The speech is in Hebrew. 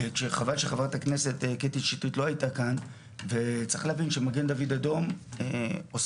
חבל שחברת הכנסת קטי שטרית לא כאן וצריך להבין שמגן דוד אדום עושה,